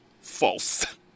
False